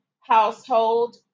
household